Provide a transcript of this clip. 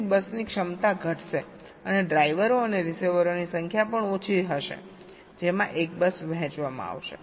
તેથી બસની ક્ષમતા ઘટશે અને ડ્રાઈવરો અને રિસીવરોની સંખ્યા પણ ઓછી હશે જેમાં 1 બસ વહેંચવામાં આવશે